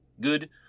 good